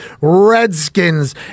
Redskins